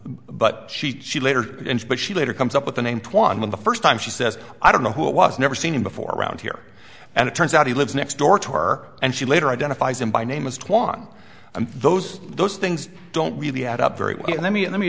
but she later but she later comes up with the name twang the first time she says i don't know who it was never seen him before around here and it turns out he lives next door to r and she later identifies him by name as twan and those those things don't really add up very well i mean let me